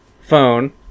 phone